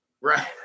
Right